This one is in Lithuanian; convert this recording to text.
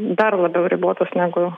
dar labiau ribotos negu